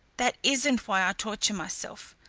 that isn't why i torture myself,